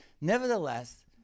nevertheless